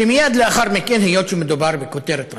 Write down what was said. שמייד לאחר מכן, היות שמדובר בכותרת ראשית,